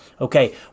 Okay